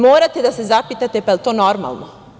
Morate da se zapitate – pa da li je to normalno?